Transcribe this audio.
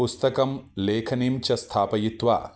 पुस्तकं लेखनीं च स्थापयित्वा